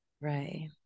Right